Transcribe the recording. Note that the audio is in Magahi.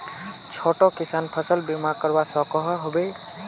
छोटो किसान फसल बीमा करवा सकोहो होबे?